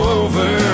over